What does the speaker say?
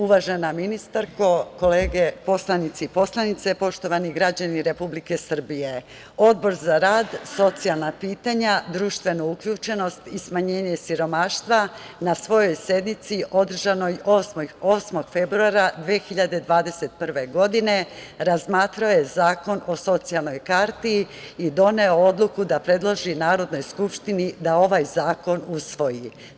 Uvažena ministarko, kolege poslanici i poslanice, poštovani građani Republike Srbije, Odbor za rad, socijalna pitanja, društvenu uključenost i smanjenje siromaštva na svojoj sednici, održanoj 8. februara 2021. godine, razmatrao je Zakon o socijalnoj karti i doneo odluku da predloži Narodnoj skupštini da ovaj zakon usvoji.